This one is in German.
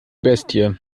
bestie